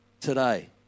today